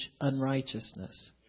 unrighteousness